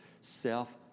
self